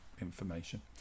information